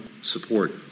support